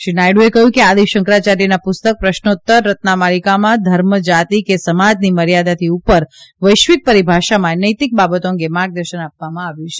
શ્રી નાયડુએ કહયું કે આદિ શંકરાચાર્યના પુસ્તક પ્રશ્નોત્તર રત્નામાલિકામાં ધર્મ જાતિ કે સમાજની મર્યાદાથી ઉપર વૈશ્વિક પરિભાષામાં નૈતિક બાબતો અંગે માર્ગદર્શન આપવામાં આવ્યું છે